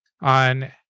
on